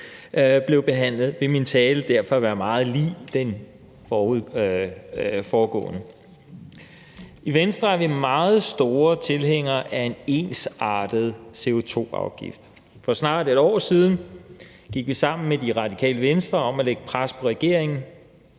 blev behandlet, vil min tale derfor være meget lig den foregående. I Venstre er vi meget store tilhængere af en ensartet CO2-afgift. For snart et år siden gik vi sammen med Radikale Venstre om at lægge pres på regeringen